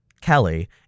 Kelly